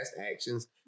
actions